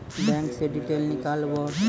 Bank से detail नीकालव?